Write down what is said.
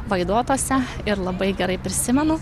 vaidotuose ir labai gerai prisimenu